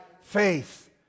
faith